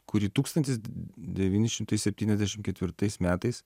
kurį tūkstantis devyni šimtai septyniasdešimt ketvirtais metais